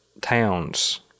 towns